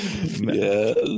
Yes